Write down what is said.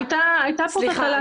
הייתה פה תקלה תכנונית,